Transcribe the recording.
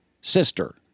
sister